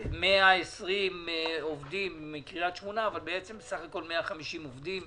120 עובדים מקריית שמונה אבל בעצם בסך הכול 150 עובדים.